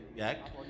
act